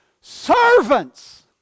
Servants